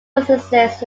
businesses